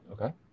Okay